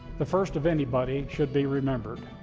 the first of anybody should be remembered.